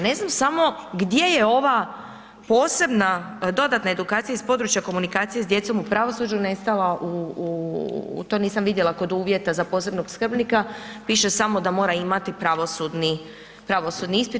Ne znam samo gdje je ova posebna dodatna edukacija iz područja komunikacije s djecom u pravosuđu nestala, to nisam vidjela kod uvjeta za posebnog skrbnika, piše samo da mora imati pravosudni ispit.